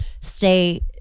stay